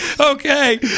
okay